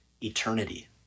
eternity